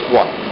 one